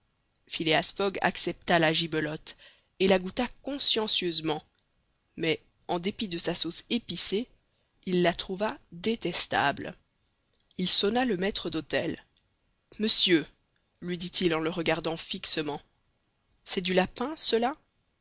phileas fogg accepta la gibelotte et la goûta consciencieusement mais en dépit de sa sauce épicée il la trouva détestable il sonna le maître d'hôtel monsieur lui dit-il en le regardant fixement c'est du lapin cela